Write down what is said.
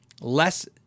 Less